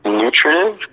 nutritive